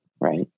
Right